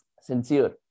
sincere